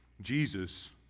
jesus